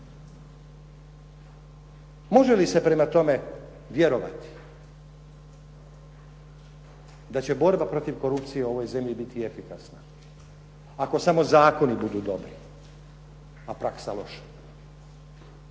Može li se prema tome vjerovati da će borba protiv korupcije u ovoj zemlji biti efikasna ako samo zakoni budu dobri a praksa loša?